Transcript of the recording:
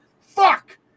Fuck